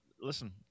listen